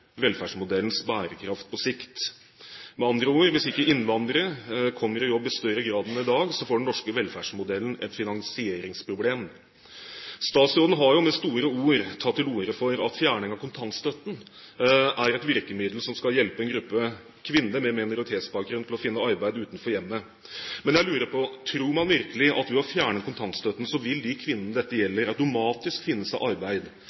dag, får den norske velferdsmodellen et finansieringsproblem. Statsråden har jo med store ord tatt til orde for at fjerning av kontantstøtten er et virkemiddel som skal hjelpe en gruppe kvinner med minoritetsbakgrunn til å finne arbeid utenfor hjemmet. Jeg lurer på: Tror man virkelig at ved å fjerne kontantstøtten vil de kvinnene dette gjelder, automatisk finne seg arbeid?